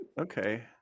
Okay